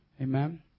Amen